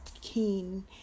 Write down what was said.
keen